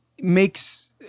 makes